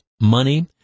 money